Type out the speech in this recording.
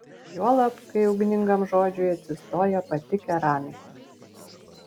juolab kai ugningam žodžiui atsistoja pati keramikė